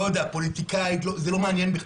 לא יודע, פוליטית, זה לא מעניין בכלל.